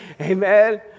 Amen